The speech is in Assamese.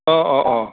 অঁ অঁ অঁ